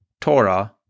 Torah